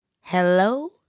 Hello